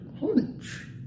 HUNCH